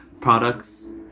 products